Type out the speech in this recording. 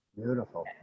Beautiful